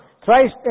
Christ